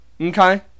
Okay